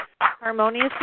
harmonious